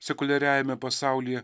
sekuliariajame pasaulyje